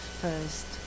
first